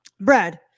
Brad